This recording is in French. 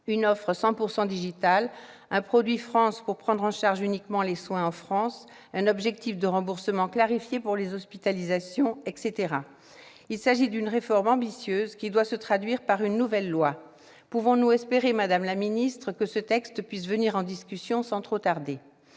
une offre 100 % digitale, un « produit France » pour prendre en charge uniquement les soins en France, un objectif de remboursement clarifié pour les hospitalisations, etc. Il s'agit d'une réforme ambitieuse, qui doit se traduire par une nouvelle loi. Pouvons-nous espérer, madame la ministre, que ce texte puisse venir en discussion sans trop tarder ?